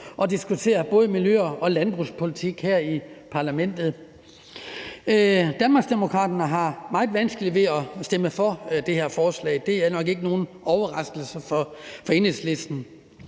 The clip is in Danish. at diskutere både miljø- og landbrugspolitik her i parlamentet. Danmarksdemokraterne har meget vanskeligt ved at stemme for det her forslag. Det er nok ikke nogen overraskelse for Enhedslisten.